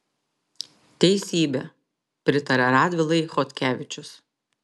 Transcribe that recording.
teisybė pritaria radvilai chodkevičius